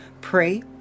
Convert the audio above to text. pray